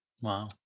Wow